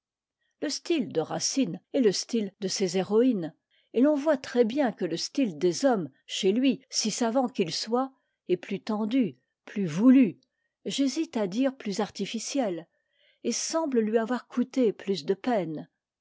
le style de racine est le style de ses héroïnes et l'on voit très bien que le style des hommes chez lui si savant qu'il soit est plus tendu plus voulu j'hésite à dire plus artificiel et semble lui avoir coûté plus de peine